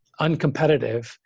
uncompetitive